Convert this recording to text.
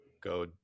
go